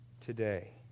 today